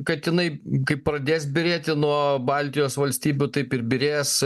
kad jinai kaip pradės byrėti nuo baltijos valstybių taip ir byrės